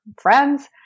Friends